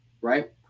right